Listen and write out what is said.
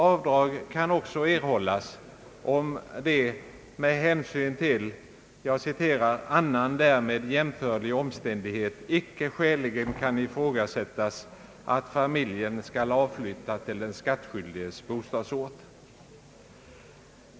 Avdrag kan också erhållas, om det med hänsyn till »annan därmed jämförlig omständighet icke skäligen kan ifrågasättas att familjen skall avflytta till den skattskyldiges bostadsort».